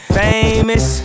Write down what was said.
famous